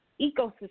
ecosystem